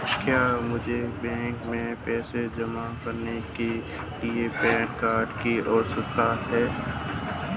क्या मुझे बैंक में पैसा जमा करने के लिए पैन कार्ड की आवश्यकता है?